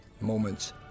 moments